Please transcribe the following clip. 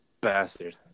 bastard